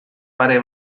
pare